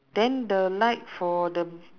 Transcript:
then the light for the